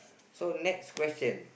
so next question